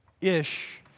Ish